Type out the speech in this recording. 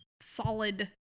solid